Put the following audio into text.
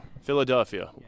Philadelphia